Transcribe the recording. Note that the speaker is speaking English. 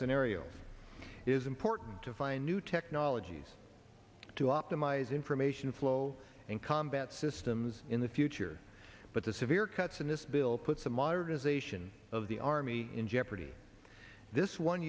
scenario is important to find new technologies to optimize information flow and combat systems in the future but the severe cuts in this bill put some modernization of the army in jeopardy this one